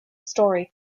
story